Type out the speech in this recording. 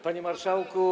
Panie Marszałku!